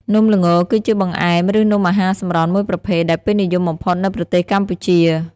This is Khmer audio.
នំល្ង គឺជាបង្អែម ឬនំអាហារសម្រន់មួយប្រភេទ ដែលពេញនិយមបំផុតនៅប្រទេសកម្ពុជា។